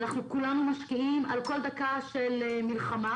אנחנו כולנו משקיעים על כל דקה של מלחמה.